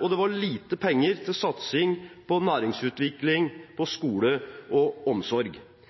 og det var lite penger til satsing på næringsutvikling, skole og omsorg.